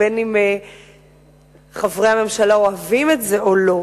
בין אם חברי הממשלה אוהבים את זה או לא,